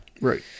Right